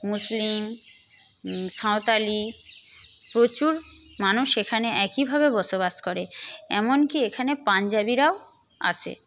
মুসলিম সাঁওতালি প্রচুর মানুষ এখানে একইভাবে বসবাস করে এমনকি এখানে পাঞ্জাবীরাও আসে